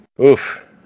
Oof